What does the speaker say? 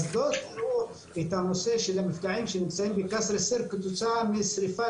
אז לא תראו את הנושא של המפגעים שנמצאים בקסר א-סיר כתוצאה של שריפה